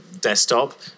desktop